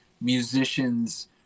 musicians